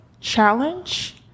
challenge